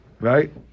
Right